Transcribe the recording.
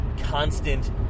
constant